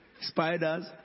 Spiders